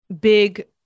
big